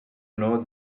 know